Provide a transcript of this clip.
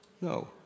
No